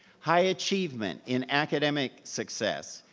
high achievement in academic success,